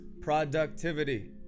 productivity